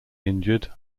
injured